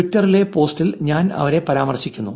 ട്വിറ്ററിലെ പോസ്റ്റിൽ ഞാൻ അവരെ പരാമർശിക്കുന്നു